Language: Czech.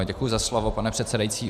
Děkuji za slovo, pane předsedající.